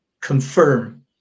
confirm